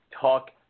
talk